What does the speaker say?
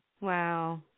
Wow